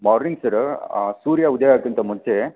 morning ಸರ್ರ ಸೂರ್ಯ ಉದಯ ಆಗೋಕ್ಕಿಂತ ಮುಂಚೆ